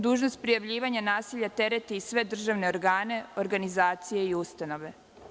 Dužnost prijavljivanja nasilja tereti i sve državne organe, organizacije i ustanove.